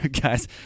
guys